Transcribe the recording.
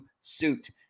suit